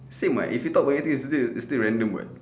same [what] if you talk about anything is still is still random [what]